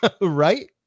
Right